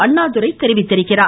அண்ணாதுரை தெரிவித்துள்ளார்